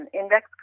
index